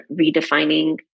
redefining